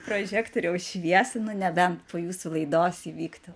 prožektoriaus šviesą nu nebent po jūsų laidos įvyktų